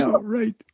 right